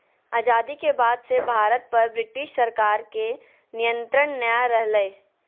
आजादी के बाद से भारत पर ब्रिटिश सरकार के नियत्रंण नय रहलय